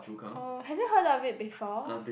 oh have you heard of it before